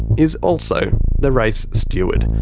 is also the race steward.